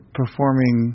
performing